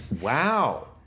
Wow